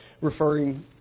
referring